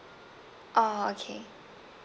oh okay